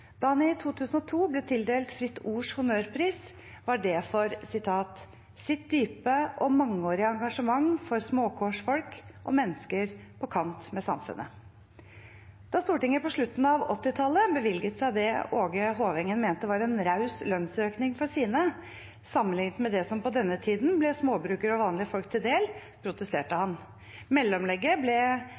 i 2002 ble tildelt Fritt Ords honnørpris, var det for «sitt dype og mangeårige engasjement for småkårsfolk og mennesker på kant med samfunnet». Da Stortinget på slutten av 1980-tallet bevilget seg det Åge Hovengen mente var en raus lønnsøkning for sine, sammenlignet med det som på denne tiden ble småbrukere og vanlige folk til del, protesterte han. Mellomlegget